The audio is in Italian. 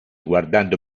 guardando